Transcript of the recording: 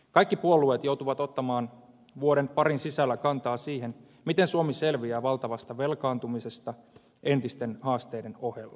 kaikki puolueet joutuvat ottamaan vuoden parin sisällä kantaa siihen miten suomi selviää valtavasta velkaantumisesta entisten haasteiden ohella